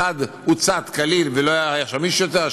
אחד הוצת כליל ולא היה שמיש יותר,